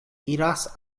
iras